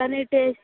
కాని టేస్ట్